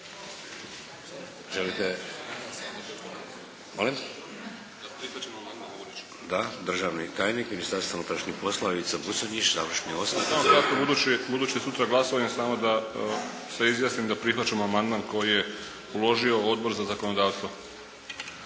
budući je sutra glasovanje samo da se izjasnim da prihvaćam amandman koji je uložio Odbor za zakonodavstvo.